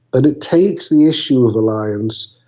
and it takes the issue of alliance,